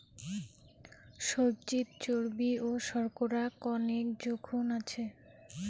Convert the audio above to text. সবজিত চর্বি ও শর্করা কণেক জোখন আছে